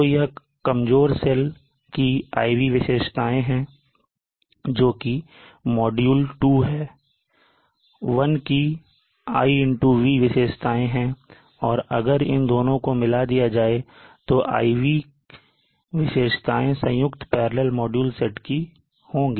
तो यह कमजोर सेल की IV विशेषताएं हैं जोकि मॉड्यूल 2 है 1 की IV विशेषताएं हैं और अगर इन दोनों को मिला दिया जाए तो यह IV विशेषताएं संयुक्त parallel मॉड्यूल सेट की होंगी